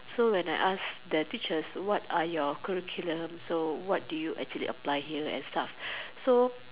so when I ask their teachers what are your curriculum so what do you actually apply here and stuffs so